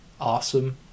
Awesome